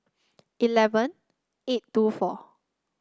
eleven eight two four